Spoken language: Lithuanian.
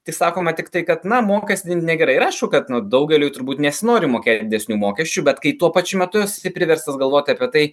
tai sakoma tiktai kad na mokestint negerai ir aišku kad nu daugeliui turbūt nesinori mokėti didesnių mokesčių bet kai tuo pačiu metu esi priverstas galvoti apie tai